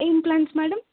ఏం plants madam